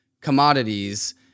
commodities